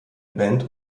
band